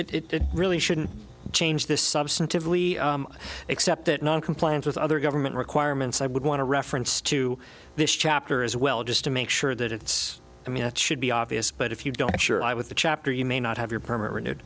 regulations it really shouldn't change this substantively except that noncompliance with other government requirements i would want to reference to this chapter as well just to make sure that it's i mean it should be obvious but if you don't share i with the chapter you may not have your permit renewed